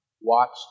watched